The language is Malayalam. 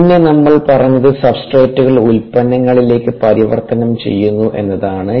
പിന്നെ നമ്മൾ പറഞ്ഞത് സബ്സ്ട്രേറ്റുകൾ ഉൽപ്പന്നങ്ങളിലേക്ക് പരിവർത്തനം ചെയ്യുന്നു എന്നതാണു